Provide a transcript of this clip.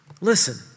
Listen